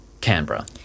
Canberra